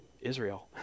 Israel